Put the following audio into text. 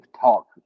talk